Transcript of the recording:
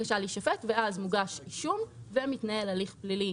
ואז מוגש אישום ומתנהל הליך פלילי